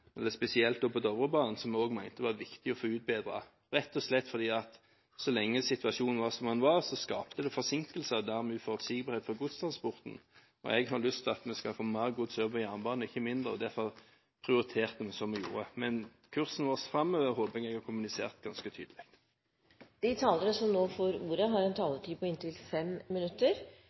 – spesielt på Dovrebanen, som vi også mente det var viktig å få utbedret, rett og slett fordi så lenge situasjonen var som den var, skapte det forsinkelser og dermed uforutsigbarhet for godstransporten. Jeg har lyst til at vi skal få mer gods over på jernbane, ikke mindre, og derfor prioriterte vi som vi gjorde. Men kursen vår framover håper jeg at jeg har kommunisert ganske